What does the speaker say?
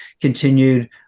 continued